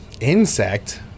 Insect